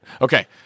Okay